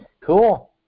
Cool